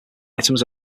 items